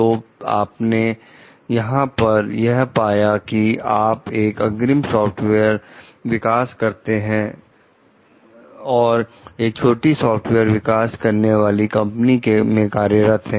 तो आपने यहां पर यह पाया कि आप एक अग्रिम सॉफ्टवेयर विकास करता है और एक छोटी सॉफ्टवेयर विकास करने वाली कंपनी में कार्यरत हैं